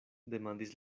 demandis